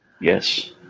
Yes